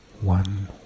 one